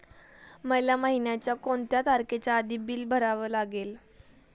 मला महिन्याचा कोणत्या तारखेच्या आधी बिल भरावे लागेल?